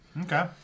Okay